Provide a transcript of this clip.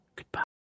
Goodbye